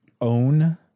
own